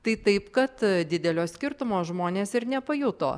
tai taip kad didelio skirtumo žmonės ir nepajuto